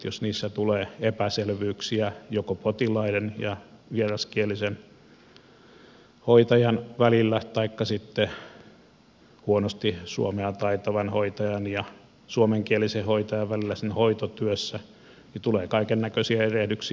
jos niissä tulee epäselvyyksiä joko potilaiden ja vieraskielisen hoitajan välillä taikka sitten huonosti suomea taitavan hoitajan ja suomenkielisen hoitajan välillä hoitotyössä niin tulee kaikennäköisiä erehdyksiä